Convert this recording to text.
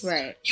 Right